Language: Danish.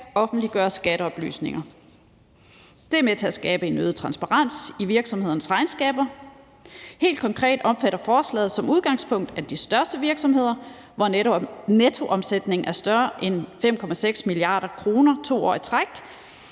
offentliggøre skatteoplysninger. Det er med til at skabe en øget transparens i virksomhedernes regnskaber. Helt konkret omfatter forslaget som udgangspunkt de største virksomheder, hvor nettoomsætningen er større end 5,6 mia. kr. 2 år i træk.